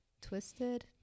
twisted